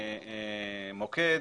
מוקד,